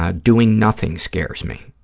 ah doing nothing scares me.